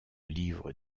livre